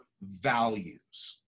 values